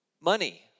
money